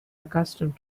accustomed